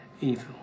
evil